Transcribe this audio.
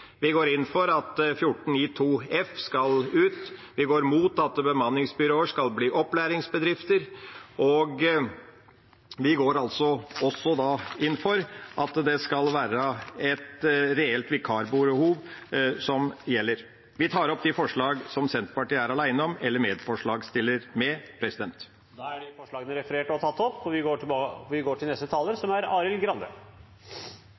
Vi går inn for at 14-9 skal ut. Vi går imot at bemanningsbyråer skal bli opplæringsbedrifter. Vi går også inn for at det skal være et reelt vikarbehov som gjelder. Jeg tar opp de forslagene der Senterpartiet er medforslagsstiller. Representanten Per Olaf Lundteigen har tatt opp de forslagene han refererte til. Arbeiderpartiet ønsker et trygt og rettferdig arbeidsliv, med hele faste stillinger og